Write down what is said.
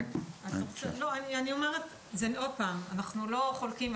אנחנו לא חולקים,